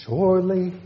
Surely